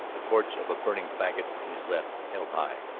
a torch of a burning fagot in his left, held high.